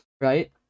right